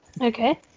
Okay